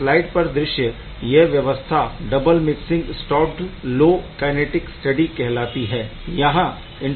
इस स्लाइड पर दृश्य यह व्यवस्था double mixing stopped flow kinetic study कहलाती है